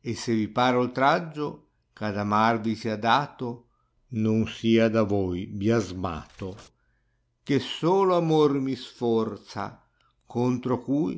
e se vi pare oltraggio gh ad amarvi sia dato non sia da voi biasmato ghe solo amor mi sforza gontra cui